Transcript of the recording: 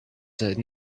their